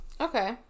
Okay